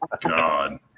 God